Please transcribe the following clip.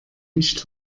nicht